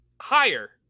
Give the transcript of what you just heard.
higher